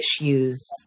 issues